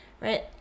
Right